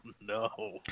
no